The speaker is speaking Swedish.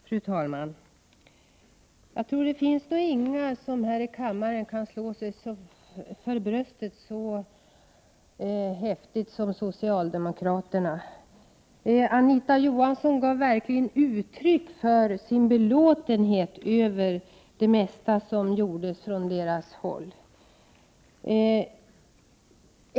Fru talman! Jag tror inte att det finns några här i kammaren som kan slå sig för bröstet så häftigt som socialdemokraterna. Anita Johansson gav verkligen uttryck för sin belåtenhet över det mesta som gjordes från deras håll.